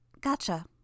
Gotcha